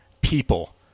people